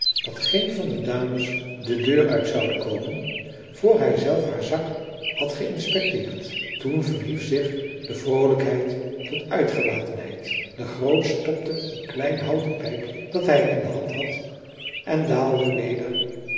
dat geen van de dames de deur uit zoude komen voor hij zelf haar zak had geïnspecteerd toen verhief zich de vroolijkheid tot uitgelatenheid de groot stopte een klein houten pijpje dat hij in de hand had en daalde weder